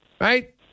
right